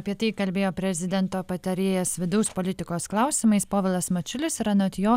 apie tai kalbėjo prezidento patarėjas vidaus politikos klausimais povilas mačiulis ir anot jo